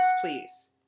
Please